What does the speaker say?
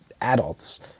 adults